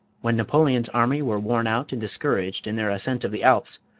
when napoleon's army were worn out and discouraged in their ascent of the alps,